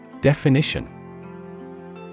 Definition